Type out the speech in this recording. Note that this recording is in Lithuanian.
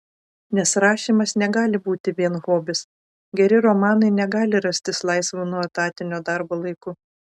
nes rašymas negali būti vien hobis geri romanai negali rastis laisvu nuo etatinio darbo laiku